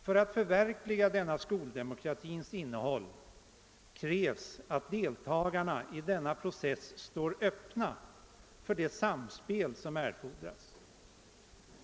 För att förverkliga detta skoldemokratins innehåll krävs att deltagarna i denna process står öppna för det samspel som erfordras.